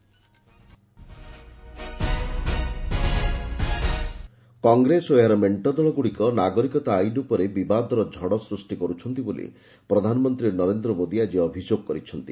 PM citizenship law' Congress ଓ ଏହାର ମେଣ୍ଟ ଦଳଗୁଡ଼ିକ ନାଗରିକତା ଆଇନ ଉପରେ ବିବାଦର ଝଡ ସୃଷ୍ଟି କର୍କୁଛନ୍ତି ବୋଲି ପ୍ରଧାନମନ୍ତ୍ରୀ ନରେନ୍ଦ୍ର ମୋଦି ଆଜି ଅଭିଯୋଗ କରିଛନ୍ତି